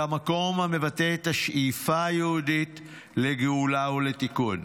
אלא מקום המבטא את השאיפה היהודית לגאולה ולתיקון.